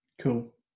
Cool